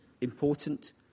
important